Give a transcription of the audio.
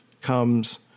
comes